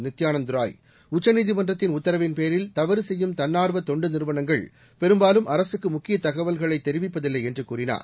நித்யானந்த் ராய் உச்சநீதிமன்றத்தின் உத்தரவின் பேரில் தவறு செய்யும் தன்னார்வ தொண்டு நிறுவனங்கள் பெரும் பாலும் அரசுக்கு முக்கிய தகவல்களைத் தெரிவிப்பதில்லை என்று கூறினார்